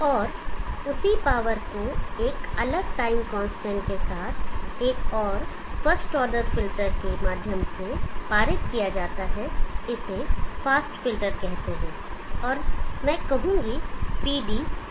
और उसी पावर को एक अलग टाइम कांस्टेंट के साथ एक और फर्स्ट ऑर्डर फिल्टर के माध्यम से पारित किया जाता है इसे फास्ट फ़िल्टर कहते हैं और मैं कहूंगा PD पी डायनेमिक